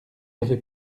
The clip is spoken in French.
avait